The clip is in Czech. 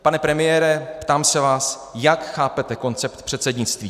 Pane premiére, ptám se vás, jak chápete koncept předsednictví.